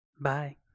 Bye